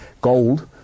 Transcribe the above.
gold